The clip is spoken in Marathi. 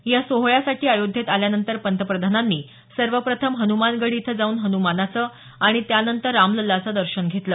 या सोहळ्यासाठी अयोध्येत आल्यानंतर पंतप्रधानांनी सर्वप्रथम हन्मानगढी इथं जाऊन हन्मानाचं आणि त्यानंतर रामललाचं दर्शन घेतलं